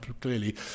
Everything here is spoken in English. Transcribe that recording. clearly